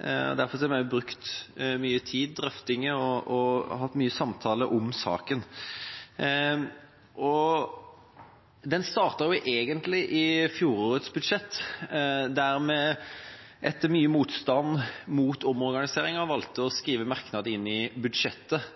Derfor har vi også brukt mye tid og hatt drøftinger og mange samtaler om saken. Den startet egentlig med fjorårets budsjett, der vi etter mye motstand mot omorganiseringen valgte å skrive merknader inn i budsjettet